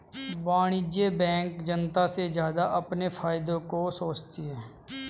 वाणिज्यिक बैंक जनता से ज्यादा अपने फायदे का सोचती है